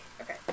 Okay